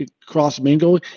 cross-mingle